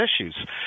issues